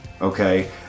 okay